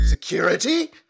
Security